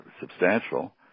substantial